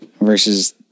versus